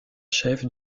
chef